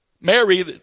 Mary